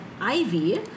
Ivy